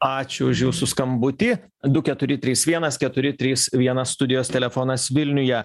ačiū už jūsų skambutį du keturi trys vienas keturi trys vienas studijos telefonas vilniuje